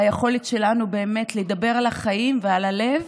היכולת שלנו לדבר על החיים ועל הלב,